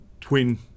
twin